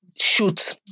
shoot